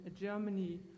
Germany